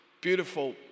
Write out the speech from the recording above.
beautiful